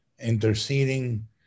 interceding